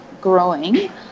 growing